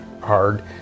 hard